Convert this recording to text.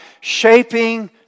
shaping